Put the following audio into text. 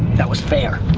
that was fair.